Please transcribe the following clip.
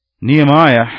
Nehemiah